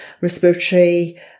respiratory